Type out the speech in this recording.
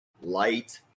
Light